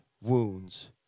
wounds